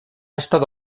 estado